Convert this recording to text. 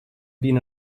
been